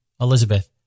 Elizabeth